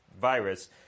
virus